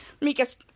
Mika's